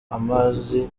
amazi